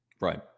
right